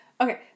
Okay